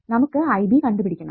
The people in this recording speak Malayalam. നമുക്ക് IB കണ്ടുപിടിക്കണം